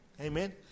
Amen